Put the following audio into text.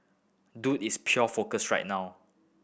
Dude is pure focus right now